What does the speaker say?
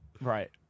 right